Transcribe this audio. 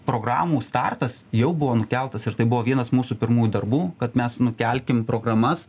programų startas jau buvo nukeltas ir tai buvo vienas mūsų pirmųjų darbų kad mes nukelkim programas